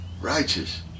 righteous